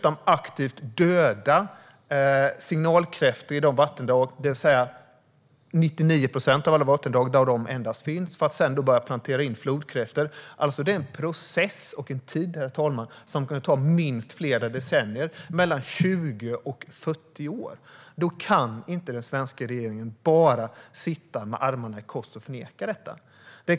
Om signalkräftor ska aktivt dödas i 99 procent av alla vattendrag där endast de finns för att man sedan ska plantera in flodkräftor är det en process som kommer att ta minst flera decennier - mellan 20 och 40 år. Då kan inte den svenska regeringen bara sitta med armarna i kors och förneka detta.